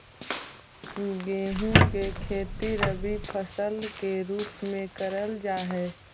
गेहूं की खेती रबी फसल के रूप में करल जा हई